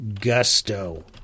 gusto